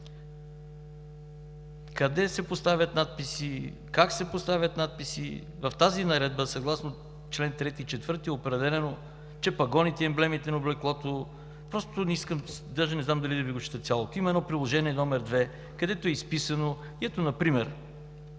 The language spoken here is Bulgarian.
къде се поставят надписи, как се поставят надписи. В тази Наредба съгласно чл. 3 – 4 е определено, че пагоните и емблемите на облеклото, даже не знам дали да Ви го чета цялото, има едно Приложение № 2, където е изписано… И ето например,